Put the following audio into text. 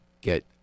get